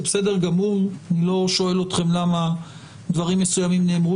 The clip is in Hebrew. אני לא שואל אתכם למה דברים מסוימים נאמרו